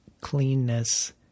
cleanness